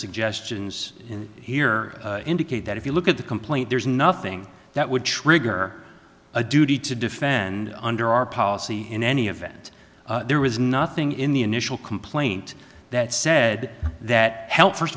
suggestions in here indicate that if you look at the complaint there's nothing that would trigger a duty to defend under our policy in any event there was nothing in the initial complaint that said that help f